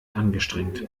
angestrengt